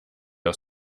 aus